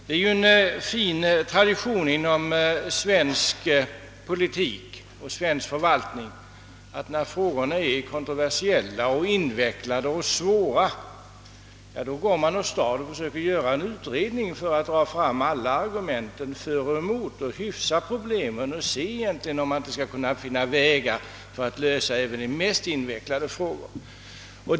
Det är ju en fin tradition inom svensk politik och svensk förvaltning, när frågorna är kontroversiella och invecklade och svårlösta, att man då går åstad och gör en utredning för att därigenom dra fram alla argument för och emot för att kunna se, om man inte kan finna utvägar att hyfsa problemet och lösa även invecklade frågor.